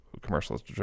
commercials